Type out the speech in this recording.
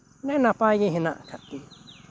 ᱢᱟᱱᱮ ᱱᱟᱯᱟᱭᱜᱮ ᱢᱮᱱᱟᱜ ᱠᱟᱜ ᱛᱤᱧᱟᱹ